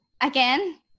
Again